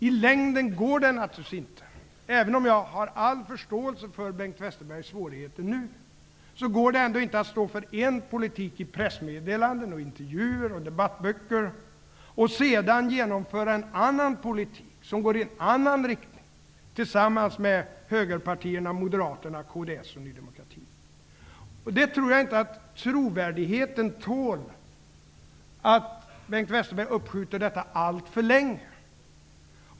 I längden går det naturligtvis inte, även om jag har all förståelse för Bengt Westerbergs svårigheter nu, att stå för en politik i pressmeddelanden, i intervjuer och debattböcker och sedan genomföra en annan politik, som går i en annan riktning, tillsammans med högerpartierna Moderaterna, Trovärdigheten tål inte att Bengt Westerberg uppskjuter en förändring alltför länge.